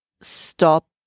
stop